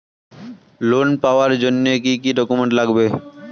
Loan পাওয়ার জন্যে কি কি ডকুমেন্ট লাগবে?